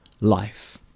life